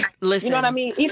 Listen